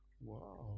Wow